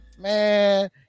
Man